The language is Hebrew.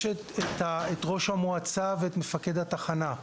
יש את ראש המועצה ומפקד התחנה,